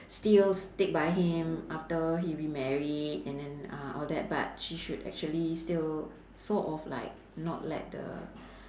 still stick by him after he remarried and then uh all that but she should actually still sort of like not let the